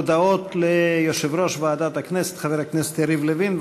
הודעות ליושב-ראש ועדת הכנסת חבר הכנסת יריב לוין.